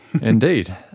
indeed